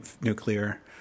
nuclear